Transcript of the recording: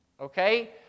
Okay